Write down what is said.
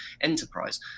Enterprise